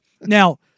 Now